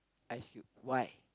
I see why